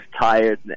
tired